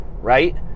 right